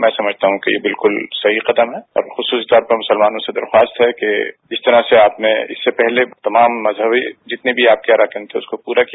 मैं समझता हूं कि बिल्कुल सही कदम है और खुसखुसीतौर पर मुसलमानों से दरखास्त है कि जिस तरह से आपने इससे पहले तमाम मजहबी जितने भी आपके अराकान्त थे उसे आपने पूरा किया